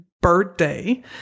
birthday